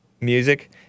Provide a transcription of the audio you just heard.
music